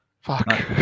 fuck